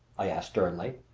i asked sternly.